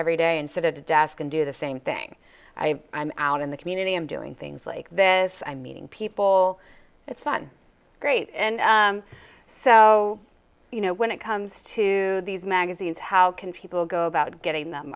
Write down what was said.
every day and sit at a desk and do the same thing i i'm out in the community i'm doing things like this i'm meeting people that's fun great and so you know when it comes to these magazines how can people go about getting them